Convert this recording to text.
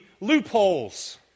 loopholes